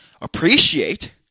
appreciate